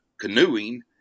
canoeing